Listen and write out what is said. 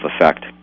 effect